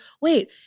wait